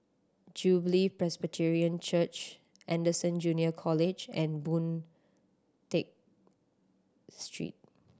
Jubilee Presbyterian Church Anderson Junior College and Boon Tat Street